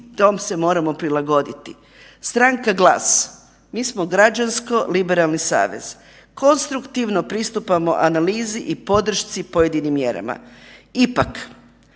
tome se moramo prilagoditi. Stranka GLAS, mi smo građansko liberalni savez, konstruktivno pristupamo analizi podršci pojedinim mjerama.